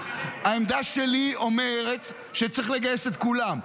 העמדה שלי אומרת שצריך לגייס את כולם,